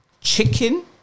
Chicken